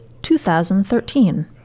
2013